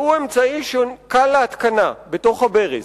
שהוא אמצעי שקל להתקנה בתוך הברז,